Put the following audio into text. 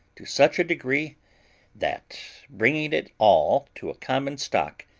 to such a degree that, bringing it all to a common stock,